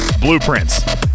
blueprints